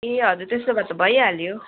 ए हजुर त्यसो भए त भइहाल्यो